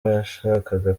washakaga